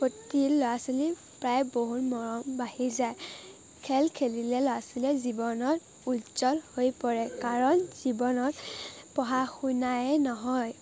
প্ৰতি ল'ৰা ছোৱালী প্ৰায় বহুত মৰম বাঢ়ি যায় খেল খেলিলে ল'ৰা ছোৱালীৰ জীৱন উজ্জ্বল হৈ পৰে কাৰণ জীৱনত পঢ়া শুনাই নহয়